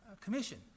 commission